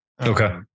Okay